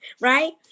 right